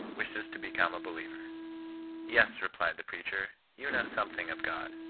wishes to become a believer yes replied the preacher, you know something of god.